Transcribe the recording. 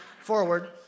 forward